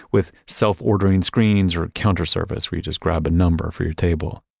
with self-ordering screens, or counter-service where you just grab a number for your table,